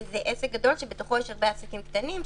זה עסק גדול שבתוכו יש הרבה עסקים קטנים,